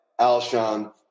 Alshon